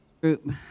group